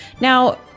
Now